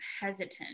hesitant